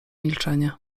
milczenie